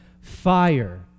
fire